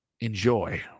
enjoy